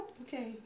Okay